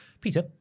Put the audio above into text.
Peter